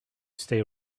stay